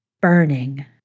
burning